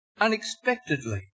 Unexpectedly